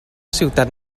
ciutat